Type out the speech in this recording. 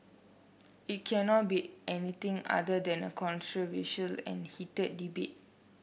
it cannot be anything other than a controversial and heated debate